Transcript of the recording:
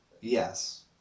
Yes